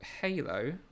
Halo